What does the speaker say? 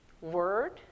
word